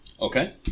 Okay